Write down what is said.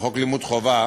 לימוד חובה